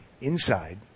inside